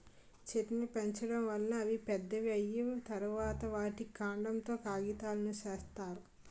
చెట్లును పెంచడం వలన అవి పెద్దవి అయ్యిన తరువాత, వాటి కాండం తో కాగితాలును సేత్తారు